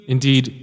Indeed